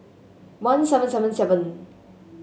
one seven seven seven